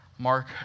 Mark